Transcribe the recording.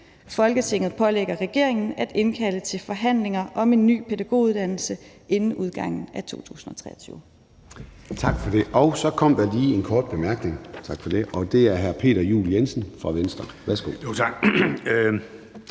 Folketinget pålægger regeringen at indkalde til forhandlinger om ny pædagoguddannelse inden udgangen af 2023.«